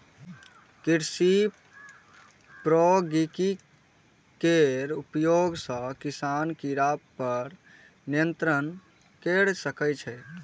कृषि प्रौद्योगिकी केर उपयोग सं किसान कीड़ा पर नियंत्रण कैर सकै छै